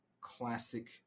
classic